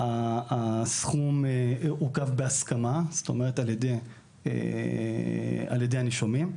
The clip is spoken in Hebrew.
הסכום עוכב בהסכמה, זאת אומרת, על ידי הנישומים.